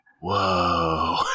whoa